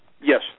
Yes